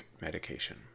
medication